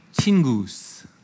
chingu's